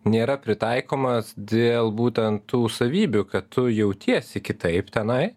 nėra pritaikomas dėl būtent tų savybių kad tu jautiesi kitaip tenai